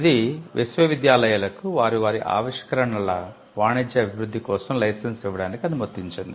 ఇది విశ్వవిద్యాలయాలకు వారి వారి ఆవిష్కరణల వాణిజ్య అభివృద్ధి కోసం లైసెన్స్ ఇవ్వడానికి అనుమతించింది